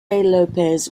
lopez